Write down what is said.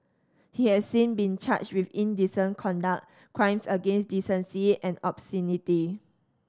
he has since been charged with indecent conduct crimes against decency and obscenity